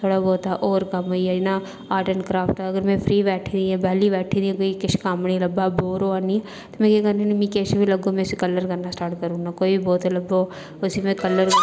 थोह्ड़ा बौहता होर कम्म होई गेआ जियां आर्ट एंड क्राफ्ट दा अगर में फ्री बैठी दी आं बेहली बैठी दी कोई किश कम्म नेईं लब्भा दा बोर होआरनी ते में केह् करनी होन्नी मिगी किश बी लब्भग में उसी कलर करन स्टार्ट करी ओड़ना कोई बी बोतल लब्भग उसी कलर करना स्टार्ट करी ओड़ना